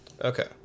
Okay